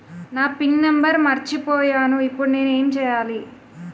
నా PIN number మర్చిపోయాను ఇప్పుడు నేను ఎంచేయాలి?